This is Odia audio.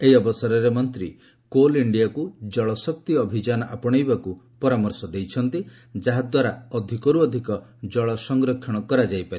ଏହି ଅବସରରେ ମନ୍ତ୍ରୀ କୋଲ ଇଣ୍ଡିଆକୁ ଜଳଶକ୍ତି ଅଭିଯାନ ଆପଣେଇବାକୁ ପରାମର୍ଶ ଦେଇଛନ୍ତି ଯାହାଦ୍ୱାରା ଅଧିକରୁ ଅଧିକ ଜଳ ସଂରକ୍ଷଣ କରାଯାଇ ପାରିବ